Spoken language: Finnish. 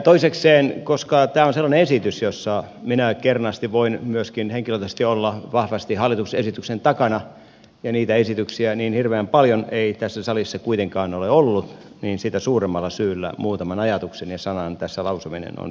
toisekseen koska tämä on sellainen esitys jossa minä kernaasti voin myöskin henkilökohtaisesti olla vahvasti hallituksen esityksen takana ja niitä esityksiä ei niin hirveän paljon tässä salissa kuitenkaan ole ollut niin sitä suuremmalla syyllä muutaman ajatuksen ja sanan lausuminen tässä on perusteltua ja paikallaan